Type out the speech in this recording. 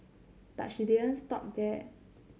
but she didn't stop there